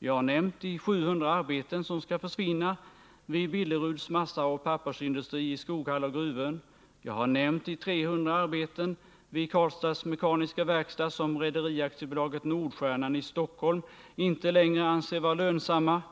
Jag har nämnt de 700 arbeten som skall försvinna vid Billeruds massaoch pappersindustri i Skoghall och Gruvön, jag har nämnt de 300 arbeten vid Karlstads Mekaniska Werkstad AB som Rederi AB Nordstjernan i Stockholm inte längre anser vara lönsamma